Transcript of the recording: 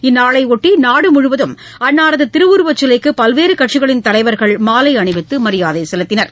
இந்நாளையொட்டி நாடுமுழுவதும் அன்னாரது திருவுருவச் சிலைக்கு பல்வேறு கட்சிகளின் தலைவர்கள் மாலை அணிவித்து மரியாதை செலுத்தினர்